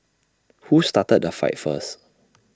who started the fight first